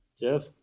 Jeff